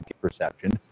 perception